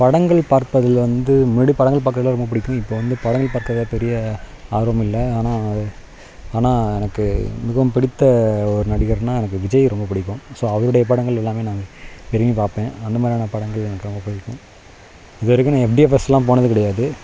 படங்கள் பார்ப்பதில் வந்து முன்னாடி படங்கள் பார்க்குறதெல்லாம் ரொம்பப் பிடிக்கும் இப்போ வந்து படங்கள் பார்க்குறதுல பெரிய ஆர்வம் இல்லை ஆனால் அது ஆனால் எனக்கு மிகவும் பிடித்த ஒரு நடிகர்ன்னால் எனக்கு விஜய் ரொம்பப் பிடிக்கும் ஸோ அவருடைய படங்கள் எல்லாமே நான் விரும்பிப் பார்ப்பேன் அந்த மாதிரியான படங்கள் எனக்கு ரொம்பப் பிடிக்கும் இதுவரைக்கும் நான் எஃப்டிஎஃப்எஸ்ல்லாம் போனதே கிடையாது